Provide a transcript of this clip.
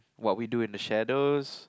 What We Do in the Shadows